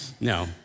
No